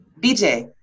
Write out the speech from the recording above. BJ